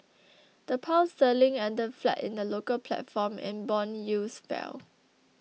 the Pound sterling ended flat in the local platform and bond yields fell